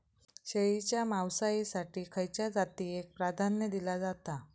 शेळीच्या मांसाएसाठी खयच्या जातीएक प्राधान्य दिला जाता?